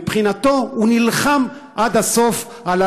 מבחינתו, הוא נלחם עד הסוף, תודה.